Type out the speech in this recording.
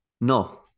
No